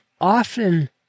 often